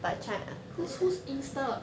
whose whose insta